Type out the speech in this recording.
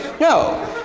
No